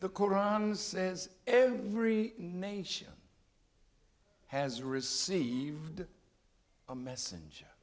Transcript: the koran says every nation has received a messenger